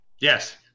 Yes